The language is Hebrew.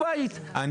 מוכרים אותה- -- תודה.